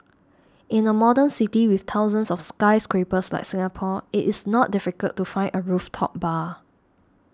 in a modern city with thousands of skyscrapers like Singapore it is not difficult to find a rooftop bar